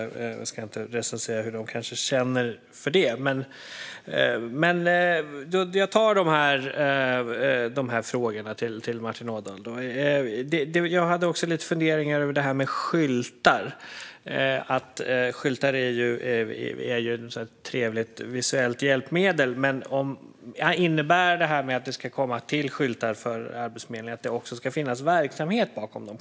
Jag ska inte recensera hur de kanske känner inför det, utan jag ställer de här frågorna till Martin Ådahl. Jag hade lite funderingar om det här med skyltar. Skyltar är ett trevligt visuellt hjälpmedel, men innebär det här med att det ska komma till skyltar för Arbetsförmedlingen att det också ska finnas verksamhet bakom dem?